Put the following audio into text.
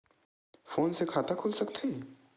Phone से खाता खुल सकथे?